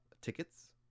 tickets